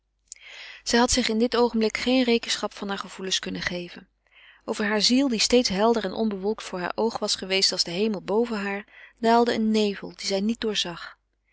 zij had zich in dit oogenblik geen rekenschap van hare gevoelens kunnen geven over hare ziel die steeds helder en onbewolkt voor haar oog was geweest als de hemel boven haar daalde een nevel dien zij niet doorzag